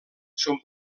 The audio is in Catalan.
són